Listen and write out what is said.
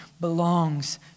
belongs